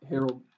Harold